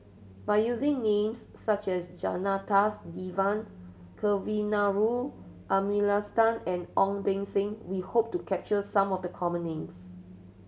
by using names such as Janadas Devan Kavignareru Amallathasan and Ong Beng Seng we hope to capture some of the common names